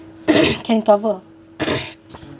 can cover